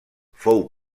fou